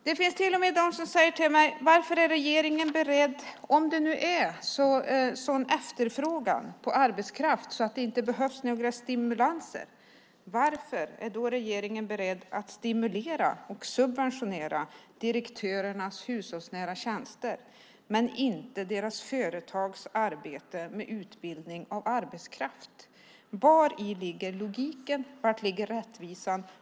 Det finns till och med de som säger till mig: Om det nu är en sådan efterfrågan på arbetskraft att det inte behövs några stimulanser - varför är då regeringen beredd att stimulera och subventionera direktörernas hushållsnära tjänster men inte deras företags arbete med utbildning av arbetskraft? Vari ligger logiken? Var ligger rättvisan?